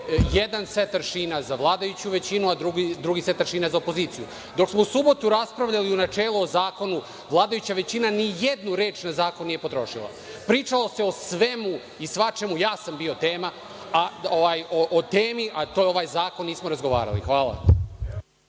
jedan set aršina za vladajuću većinu, a drugi set aršina za opoziciju. Dok smo u subotu raspravljali u načelu o zakonu, vladajuća većina nijednu reč na zakon nije potrošila, pričalo se o svemu i svačemu, ja sam bio tema, a o temi nismo razgovarali. Hvala.